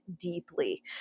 deeply